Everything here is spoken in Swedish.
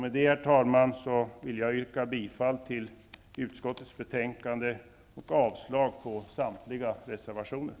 Med det, herr talman, vill jag yrka bifall till hemställan i utskottets betänkande och avslag på samtliga reservationer.